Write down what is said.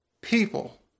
people